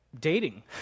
Dating